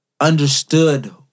understood